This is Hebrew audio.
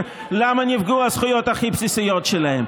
למה נפגעו הזכויות הכי בסיסיות שלהם.